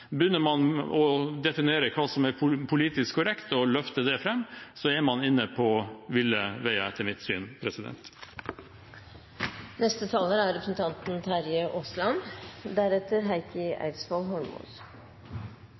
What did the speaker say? Begynner man å definere hva som er politisk korrekt, og løfte det fram, er man på ville veier, etter mitt syn.